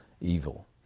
evil